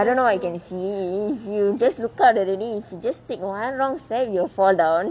I don't know I can see if you just look up already if you just take one wrong step you will fall down